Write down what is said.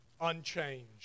unchanged